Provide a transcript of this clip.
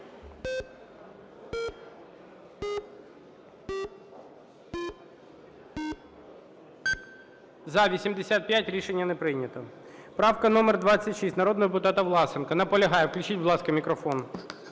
За-85 Рішення не прийнято. Правка номер 26 народного депутата Власенка. Наполягає. Включіть, будь ласка, мікрофон.